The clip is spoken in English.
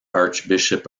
archbishop